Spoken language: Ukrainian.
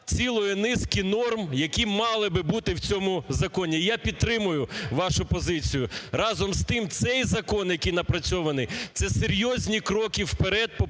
цілої низки норм, які мали би бути в цьому законі. Я підтримаю вашу позицію. Разом з тим, цей закон який напрацьований, це серйозні кроки вперед по